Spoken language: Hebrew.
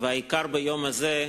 והעיקר ביום הזה,